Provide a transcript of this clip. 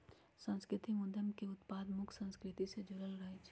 सांस्कृतिक उद्यम के उत्पाद मुख्य संस्कृति से जुड़ल रहइ छै